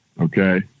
okay